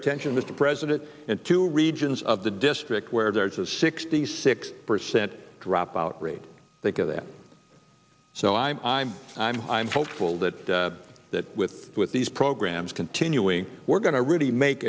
attention with the president and two regions of the district where there is a sixty six percent dropout rate think of that so i'm i'm i'm i'm hopeful that that with with these programs continuing we're going to really make